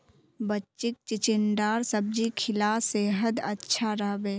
बच्चीक चिचिण्डार सब्जी खिला सेहद अच्छा रह बे